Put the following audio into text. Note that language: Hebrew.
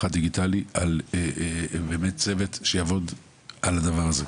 הדיגיטלי על צוות שיעבוד על הדבר הזה,